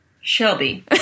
Shelby